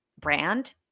brand